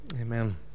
Amen